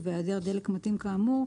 ובהעדר דלק מתאים כאמור,